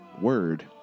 word